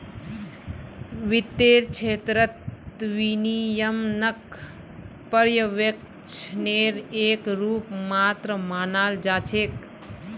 वित्तेर क्षेत्रत विनियमनक पर्यवेक्षनेर एक रूप मात्र मानाल जा छेक